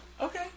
Okay